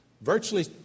virtually